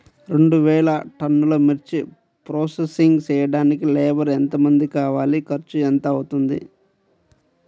రెండు వేలు టన్నుల మిర్చి ప్రోసెసింగ్ చేయడానికి లేబర్ ఎంతమంది కావాలి, ఖర్చు ఎంత అవుతుంది?